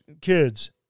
Kids